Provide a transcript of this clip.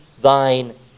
thine